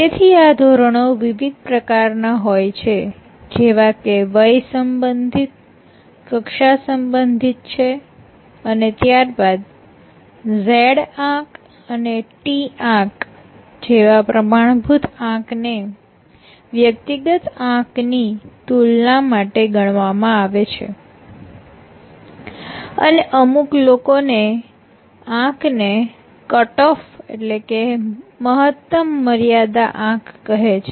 તેથી આ ધોરણો વિવિધ પ્રકારના હોય છે જેવા કે વય સંબંધિત કક્ષા સબંધિત છે અને ત્યારબાદ Z આંક અને T આંક જેવા પ્રમાણભૂત આંકને વ્યક્તિગત આંક ની તુલના માટે ગણવામાં આવે છે અને અમુક લોકો તે આંકને કટ ઓફ મહત્તમ મર્યાદા આંક કહે છે